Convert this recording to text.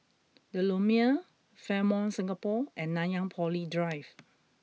the Lumiere Fairmont Singapore and Nanyang Poly Drive